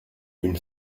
une